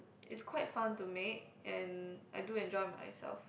it's quite fun to make and I do enjoy myself